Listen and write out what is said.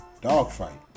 Dogfight